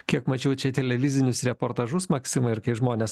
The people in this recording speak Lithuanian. kiek mačiau čia televizinius reportažus maksimai ir kai žmonės